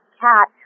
cat